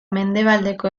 mendebaldeko